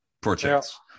projects